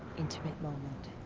intimate moment.